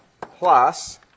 plus